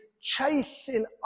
chasing